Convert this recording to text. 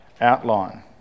outline